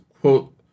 quote